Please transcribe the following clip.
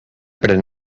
pren